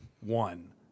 one